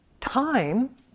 time